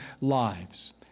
lives